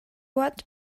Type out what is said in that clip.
what